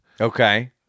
Okay